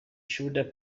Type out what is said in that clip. shoulder